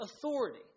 authority